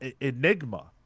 enigma